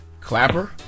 Clapper